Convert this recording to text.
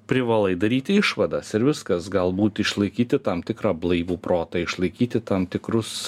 privalai daryti išvadas ir viskas galbūt išlaikyti tam tikrą blaivų protą išlaikyti tam tikrus